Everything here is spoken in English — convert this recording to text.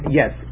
yes